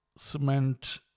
cement